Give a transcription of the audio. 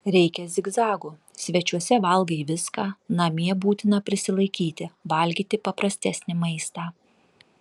reikia zigzagų svečiuose valgai viską namie būtina prisilaikyti valgyti paprastesnį maistą